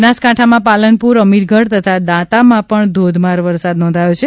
બનાસકાંઠામાં પાલનપુર અમીરગઢ તથા દાંતામાં ધોધમાર વરસાદ નોંધાયો છે